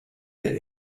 der